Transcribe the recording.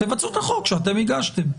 תבצעו את החוק שאתם הגשתם.